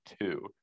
two